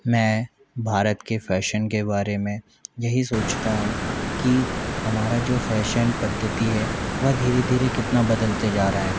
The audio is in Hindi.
मैं भारत के फैशन के बारे में यही सोचता हूँ कि हमारा जो फैशन पद्धति है वह धीरे धीरे कितना बदलते जा रहा है